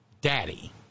daddy